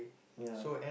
ya